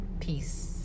Peace